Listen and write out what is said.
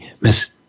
Miss